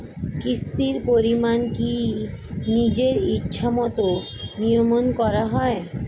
কিস্তির পরিমাণ কি নিজের ইচ্ছামত নিয়ন্ত্রণ করা যায়?